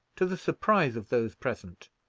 to the surprise of those present,